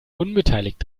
unbeteiligt